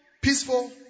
Peaceful